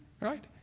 right